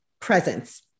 presence